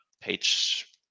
page